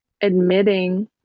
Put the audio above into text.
admitting